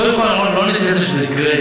קודם כול, אנחנו לא ניתן שזה יקרה.